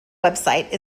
website